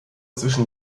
zwischen